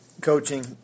coaching